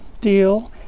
deal